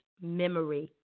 memory